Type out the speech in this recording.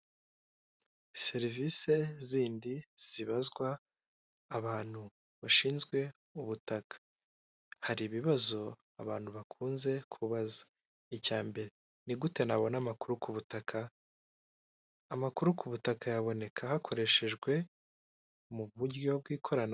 Serivisi zindi zibazwa abantu bashinzwe ubutaka, hari ibibazo abantu bakunze kubaza. Icya mbere, ni gute nabona amakuru ku butaka? Amakuru ku butaka yaboneka hakoreshejwe mu buryo bw'ikorana